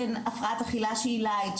בין הפרעת אכילה שהיא 'לייט',